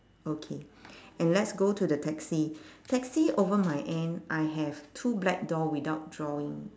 okay and let's go to the taxi taxi over my end I have two black door without drawing